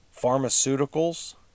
pharmaceuticals